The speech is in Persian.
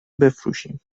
بفروشیم